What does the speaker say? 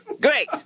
Great